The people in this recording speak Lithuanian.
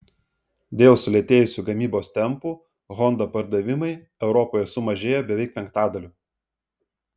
dėl sulėtėjusių gamybos tempų honda pardavimai europoje sumažėjo beveik penktadaliu